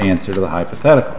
answer to the hypothetical